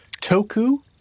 Toku